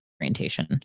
orientation